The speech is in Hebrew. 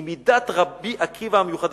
היא מידת רבי עקיבא המיוחדה".